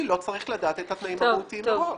לא צריך לדעת את התנאים המהותיים מראש.